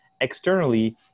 externally